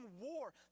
war